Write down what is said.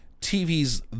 TV's